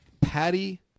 Patty